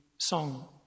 song